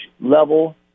level